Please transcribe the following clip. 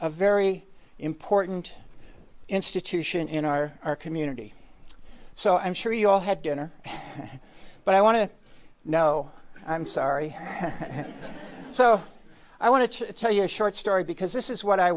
a very important institution in our community so i'm sure you all have dinner but i want to know i'm sorry so i want to tell you a short story because this is what i